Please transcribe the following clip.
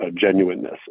genuineness